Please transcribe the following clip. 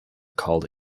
called